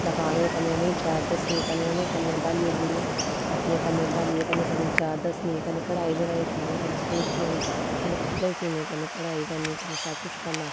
लखाने कन्नै उ'नें गी जाच दस्सनी कन्नै उ'नें गी कन्नै ब्हालियै कुड़ी गी अपने ब्हालियै कन्नै कन्नै जाच दस्सनी कन्नै कढाई बढाई करनी कन्नै सूट सीने कन्नै कपड़े सीने कन्नै कढाई करनी कन्नै सब कुछ करना